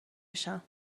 بشم